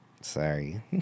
sorry